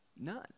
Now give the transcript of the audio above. None